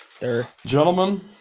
Gentlemen